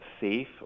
safe